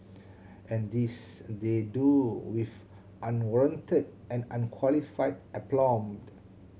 and this they do with unwarranted and unqualified aplomb